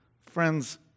Friends